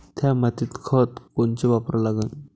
थ्या मातीत खतं कोनचे वापरा लागन?